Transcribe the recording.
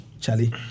Charlie